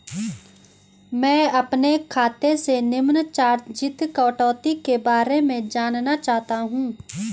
मैं अपने खाते से निम्न चार्जिज़ कटौती के बारे में जानना चाहता हूँ?